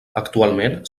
actualment